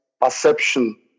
perception